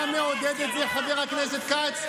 אתה מעודד את זה, חבר הכנסת כץ?